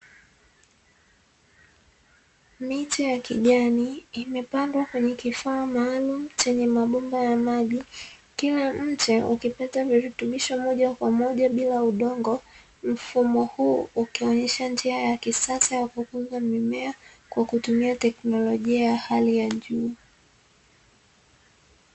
Miche ya kijani imepandwa kwenye kifaa maalumu chenye mabomba ya maji, kila mche ukipata virutubisho moja kwa moja bila udongo, mfumo huu ukionyesha njia ya kisasa ya kukuza mimea kwa kutumia teknolojia ya hali ya juu.